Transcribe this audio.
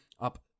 up